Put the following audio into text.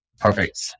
Perfect